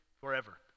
forever